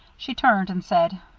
she turned and said,